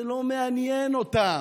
זה לא מעניין אותם.